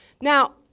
Now